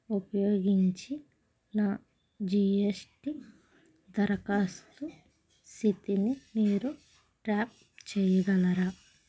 ఉపయోగించి నా G S T దరఖాస్తు స్థితిని మీరు ట్రాక్ చేయగలరా